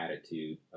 attitude